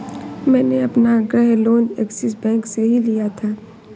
मैंने अपना गृह लोन ऐक्सिस बैंक से ही लिया था